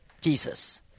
Jesus